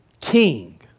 king